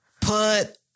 put